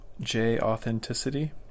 J-authenticity